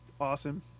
awesome